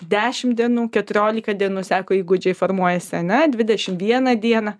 dešimt dienų keturioliką dienų sako įgūdžiai formuojasi ane dvidešimt vieną dieną